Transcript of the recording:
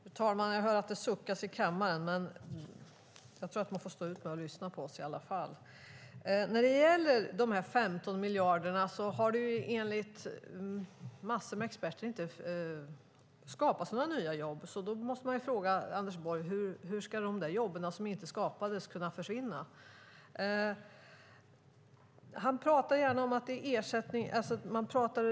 Fru talman! Jag hör att det suckas i kammaren, men jag tror att man får stå ut med att lyssna på oss i alla fall. När det gäller de 15 miljarderna har det enligt massor av experter inte skapats några nya jobb. Då måste man fråga, Anders Borg, hur ska de jobb som inte skapades kunna försvinna? Ni pratar om ungdomsskatt.